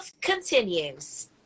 continues